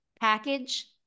package